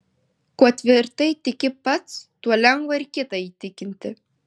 kuo tvirtai tiki pats tuo lengva ir kitą įtikint